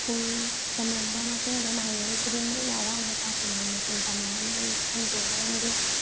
school ꯇꯝꯂꯝꯕ ꯃꯇꯨꯡꯗ ꯃꯩꯍꯩꯔꯣꯏ ꯈꯨꯗꯤꯡꯃꯛꯅ ꯑꯋꯥꯡꯕ ꯊꯥꯛꯀꯤ ꯃꯍꯩ ꯃꯁꯤꯡ ꯇꯝꯃꯤ ꯍꯥꯏꯅ ꯑꯩꯅ ꯈꯟꯗꯦ ꯃꯔꯝꯗꯤ